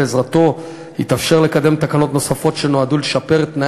שבעזרתו יתאפשר לקדם תקנות נוספות שנועדו לשפר את תנאי